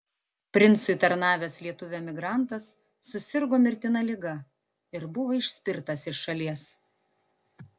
princui tarnavęs lietuvių emigrantas susirgo mirtina liga ir buvo išspirtas iš šalies